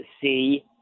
see